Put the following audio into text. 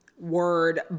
word